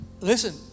listen